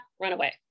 runaway